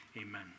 Amen